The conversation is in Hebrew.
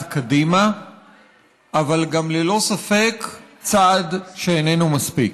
קדימה אבל גם ללא ספק צעד שאיננו מספיק.